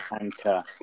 anchor